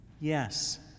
Yes